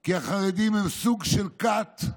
כי החרדים הם סוג של כת,